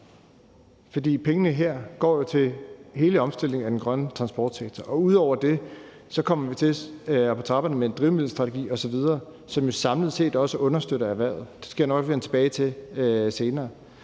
for pengene her går jo til hele omstillingen af den grønne transportsektor. Og ud over det er vi på trapperne med en drivmiddelstrategi osv., som jo samlet set også understøtter erhvervet. Det skal jeg nok vende tilbage til senere.